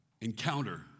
encounter